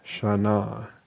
shana